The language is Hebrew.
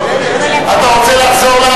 אתה רוצה לחזור,